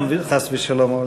חס ושלום,